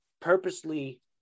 purposely